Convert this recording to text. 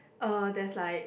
oh there's like